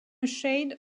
shade